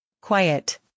Quiet